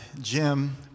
Jim